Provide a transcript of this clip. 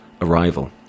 Arrival